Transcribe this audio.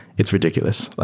it's ridiculous.